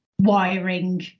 wiring